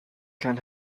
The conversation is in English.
can